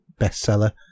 bestseller